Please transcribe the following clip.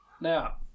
Now